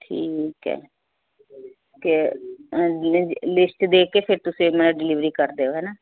ਠੀਕ ਹੈ ਅਤੇ ਹਾਂਜੀ ਲਿਸਟ ਦੇਖ ਕੇ ਤੁਸੀਂ ਮੈਨੂੰ ਡਿਲੀਵਰੀ ਕਰ ਦਿਓ ਹਨਾਂ